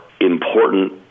important